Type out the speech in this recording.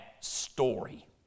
story